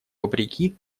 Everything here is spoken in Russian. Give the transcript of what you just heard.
вопреки